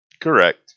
Correct